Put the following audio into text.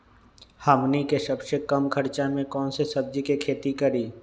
हमनी के सबसे कम खर्च में कौन से सब्जी के खेती करी?